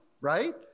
right